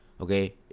Okay